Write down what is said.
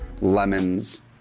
lemons